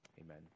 Amen